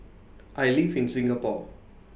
I live in Singapore